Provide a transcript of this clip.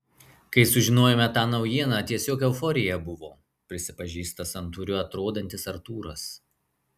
kai sužinojome tą naujieną tiesiog euforija buvo prisipažįsta santūriu atrodantis artūras